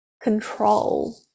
control